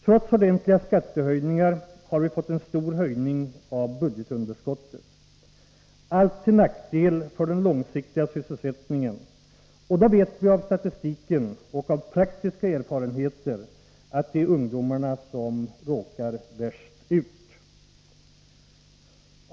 Trots ordentliga skattehöjningar har vi fått en stor ökning av budgetunderskottet. Allt detta har varit till nackdel för den långsiktiga sysselsättningen, och då vet vi av statistiken och av praktiska erfarenheter att det är ungdomarna som råkar värst ut.